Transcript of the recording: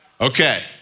Okay